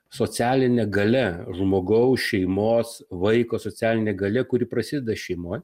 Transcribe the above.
socialine galia žmogaus šeimos vaiko socialine galia kuri prasideda šeimoj